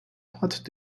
hat